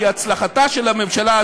כי הצלחתה של הממשלה,